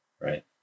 right